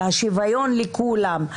והשוויון לכולם,